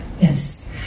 Yes